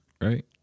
right